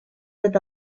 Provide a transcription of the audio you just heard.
with